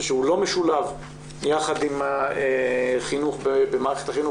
ושהוא לא משולב יחד עם חינוך במערכת החינוך,